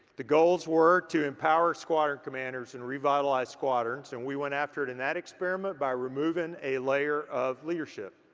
the goals were to empower squadron commanders and revitalize squadrons and we went after it in that experiment by removing a layer of leadership